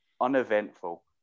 Uneventful